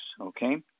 okay